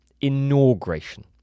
inauguration